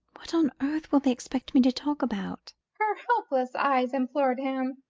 what on earth will they expect me to talk about? her helpless eyes implored him,